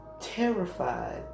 terrified